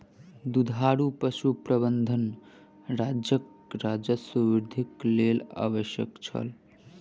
दुधारू पशु प्रबंधन राज्यक राजस्व वृद्धिक लेल आवश्यक छल